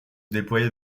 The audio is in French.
déploya